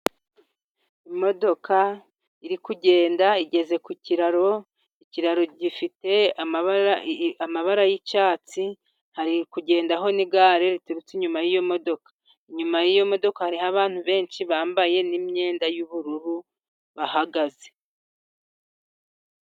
Imodoka iri kugenda igeze ku kiraro, ikiraro gifite amabara amabara yi'icyatsi, hari kugendaho n'igare riturutse inyuma y'iyo modoka. inyuma y'iyo modoka hariho abantu benshi bambaye n'imyenda yubururu bahagaze.